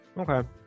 okay